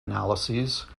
analyses